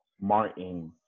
Martin